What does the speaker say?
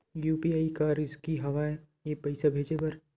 UPI का रिसकी हंव ए पईसा भेजे बर?